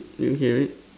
do you hear it